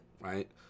right